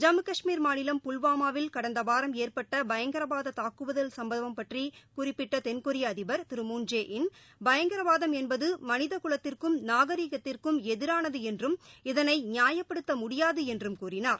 ஜம்மு காஷ்மீர் மாநிலம் புல்வாமாவில் கடந்த வாரம் ஏற்பட்ட பயங்கரவாத தாக்குதல் சம்பவம் பற்றி குறிப்பிட்ட தென்கொரிய அதிபர் திரு மூன் ஜே இன் பயங்கரவாதம் என்பது மனித குலத்திற்கும் நாகரீகத்திற்கும் எதிரானது என்றும் இதனை நியாயப்படுத்த முடியாது என்றும் கூறினார்